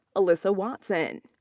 elissa watson.